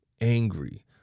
angry